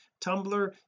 tumblr